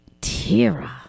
Tira